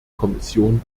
kommission